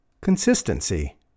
Consistency